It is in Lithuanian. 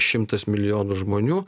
šimtas milijonų žmonių